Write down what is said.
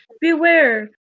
beware